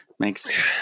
makes